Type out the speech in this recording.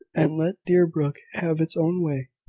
and let deerbrook have its own way.